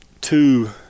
two